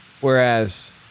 whereas